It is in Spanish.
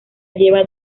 lleva